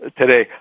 today